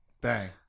Bang